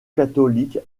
catholique